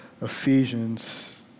Ephesians